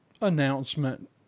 announcement